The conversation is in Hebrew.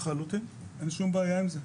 לחלוטין, אין שום בעיה עם זה.